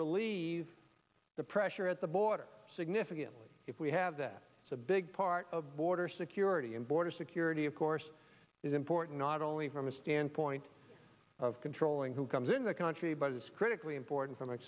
relieve the pressure at the border significantly if we have that it's a big part of border security and border security of course is important not only from a standpoint of controlling who comes in the country but is critically important from